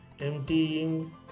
emptying